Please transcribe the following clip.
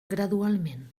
gradualment